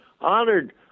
honored